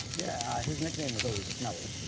yeah, his nickname was always smelly.